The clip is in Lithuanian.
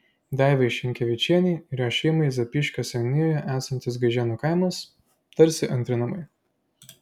daivai šinkevičienei ir jos šeimai zapyškio seniūnijoje esantis gaižėnų kaimas tarsi antri namai